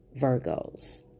Virgos